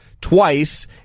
twice